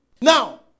Now